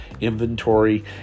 inventory